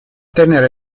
tenera